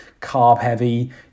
carb-heavy